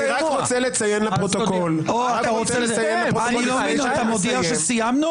אני רק רוצה לציין לפרוטוקול, לפני שאני מסיים,